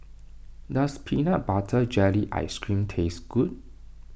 does Peanut Butter Jelly Ice Cream taste good